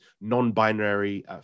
non-binary